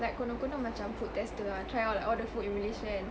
like konon konon macam food tester ah try out like all the food in malaysia and